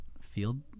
Field